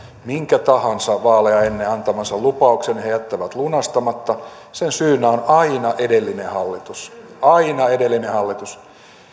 minkä tahansa vaaleja ennen antamansa lupauksen he jättävät lunastamatta sen syynä on aina edellinen hallitus aina edellinen hallitus